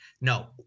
No